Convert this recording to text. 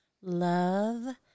love